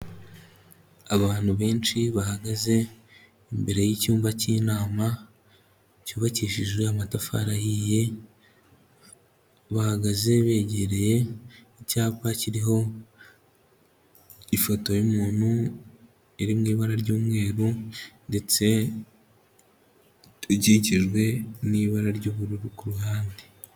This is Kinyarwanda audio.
Abantu benshi bahagaze imbere y'icyumba k'inama, cyubakishijwe amatafari ahiye, bahagaze begereye icyapa kiriho ifoto y'umuntu iri mu ibara ry'umweru ndetse ikikijwe n'ibara ry'ubururu ku ruhande.